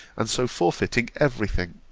and so forfeiting every thing!